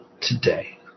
today